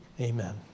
amen